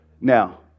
Now